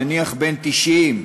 נניח בן 90,